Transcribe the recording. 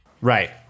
Right